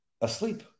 asleep